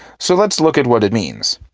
so let's look at what it means.